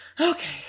Okay